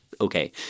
okay